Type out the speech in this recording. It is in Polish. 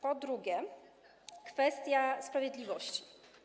Po drugie, kwestia sprawiedliwości.